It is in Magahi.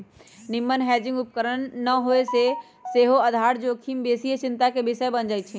निम्मन हेजिंग उपकरण न होय से सेहो आधार जोखिम बेशीये चिंता के विषय बन जाइ छइ